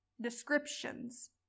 descriptions